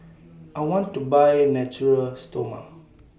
I want to Buy Natura Stoma